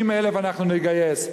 60,000 אנחנו נגייס.